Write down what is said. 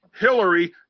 Hillary